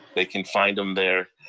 they can find them there.